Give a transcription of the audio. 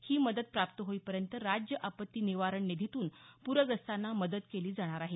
ही मदत प्राप्त होईपर्यंत राज्य आपत्ती निवारण निधीतून पूरग्रस्तांना मदत केली जाणार आहे